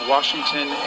Washington